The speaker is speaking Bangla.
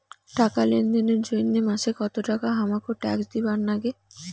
টাকা লেনদেন এর জইন্যে মাসে কত টাকা হামাক ট্যাক্স দিবার নাগে?